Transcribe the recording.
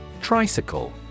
Tricycle